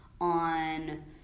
on